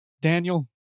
Daniel